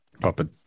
puppet